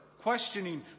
questioning